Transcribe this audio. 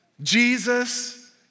Jesus